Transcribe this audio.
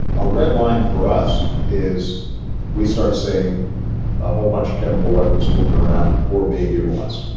a red line for us is we start seeing a whole bunch of chemical weapons moving around or being utilised.